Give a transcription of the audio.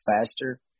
faster